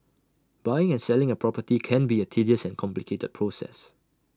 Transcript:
buying and selling A property can be A tedious and complicated process